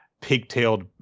pigtailed